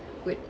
would